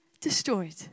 destroyed